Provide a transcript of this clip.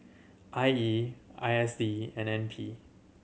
I E I S D and N P